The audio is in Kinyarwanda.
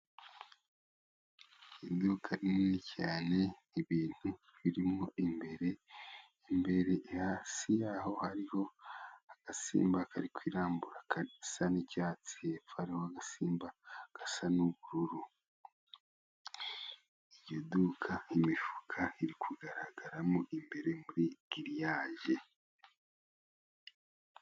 Iduka rinini cyane, ibintu birimo imbere. Hasi yaho hariho agasimba kari kwirambura, gasa n’icyatsi. Hepfo agasimba gasa n’ubururu. Iryo duka, imifuka iri kugaragaramo imbere muri giliriyaje.